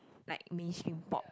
like mainstream pop